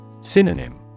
Synonym